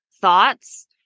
thoughts